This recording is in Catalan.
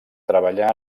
treballar